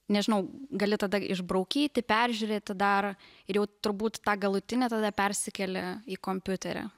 nežinau gali tada išbraukyti peržiūrėti dar ir jau turbūt tą galutinį tada persikeli į kompiuterį